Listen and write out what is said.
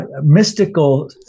mystical